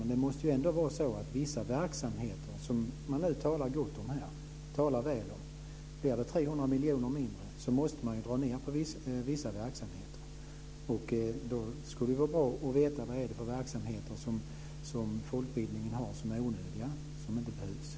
Men det måste ändå vara så att man måste dra ned på vissa verksamheter som moderaterna nu talar väl om här om det blir 300 miljoner mindre. Då skulle det vara bra att veta vilka verksamheter som folkbildningen har som är onödiga.